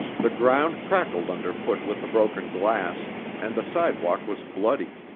the ground crackled underfoot with the broken glass and the sidewalk was bloody.